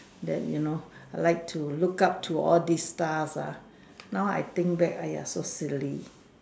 that you know I like to look up to all these stars ah now I think back !aiya! so silly